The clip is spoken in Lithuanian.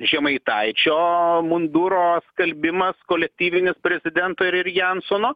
žemaitaičio munduro skalbimas kolektyvinis prezidento ir jansono